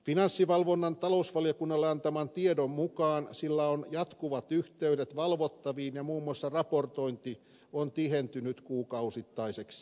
finanssivalvonnan talousvaliokunnalle antaman tiedon mukaan sillä on jatkuvat yhteydet valvottaviin ja muun muassa raportointi on tihentynyt kuukausittaiseksi